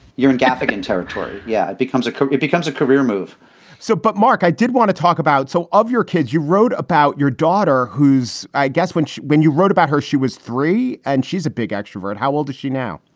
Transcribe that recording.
you're in gaffigan territory. yeah. it becomes a it becomes a career move so but mark, i did want to talk about so of your kids, you wrote about your daughter, who's i guess which when you wrote about her, she was three and she's a big extrovert. how old is she now?